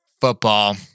Football